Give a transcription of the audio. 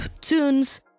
tunes